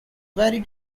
very